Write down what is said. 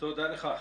תודה לך.